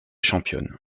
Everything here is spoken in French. championne